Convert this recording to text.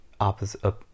opposite